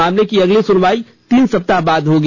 मामले में अगली सुनवाई तीन सप्ताह बाद होगी